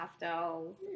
pastels